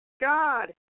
God